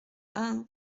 ahun